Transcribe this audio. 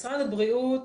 משרד הבריאות,